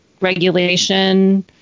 regulation